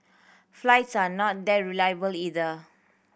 flights are not that reliable either